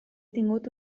tingut